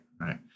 right